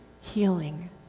healing